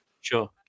Sure